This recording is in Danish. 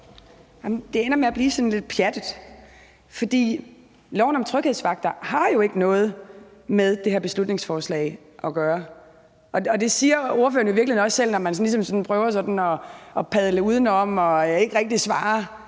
Det ender med at blive sådan lidt pjattet, for loven om tryghedsvagter har jo ikke noget med det her beslutningsforslag at gøre, og det siger ordføreren jo i virkeligheden også selv, når han ligesom prøver sådan at padle udenom og ikke rigtig svare.